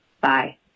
bye